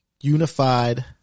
Unified